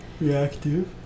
Reactive